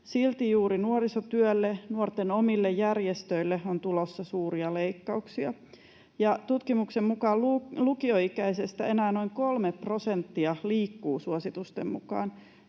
Silti juuri nuorisotyölle, nuorten omille järjestöille, on tulossa suuria leikkauksia. Tutkimuksen mukaan lukioikäisistä enää noin kolme prosenttia liikkuu suositusten mukaan